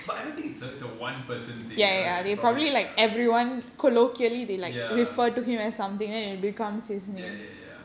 but I don't think it's a it's a one person thing you know it's like probably like a ya ya ya ya